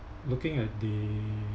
looking at the